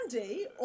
Andy